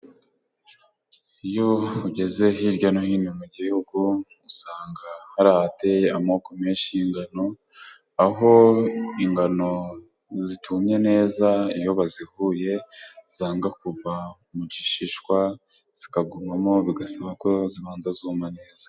Iyo ugeze hirya no hino mu gihugu usanga hari ahateye amoko menshi y'ingano, aho ingano zitumye neza iyo bazihuye zanga kuva mu gishishwa, zikagumamo bigasaba ko zibanza zuma neza.